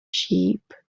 sheep